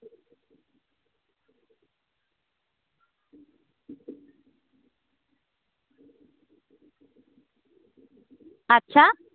ᱟᱪᱪᱷᱟ